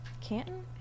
Canton